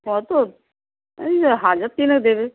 কত এই হাজার তিনেক দেবে